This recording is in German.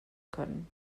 können